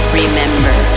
remember